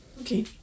Okay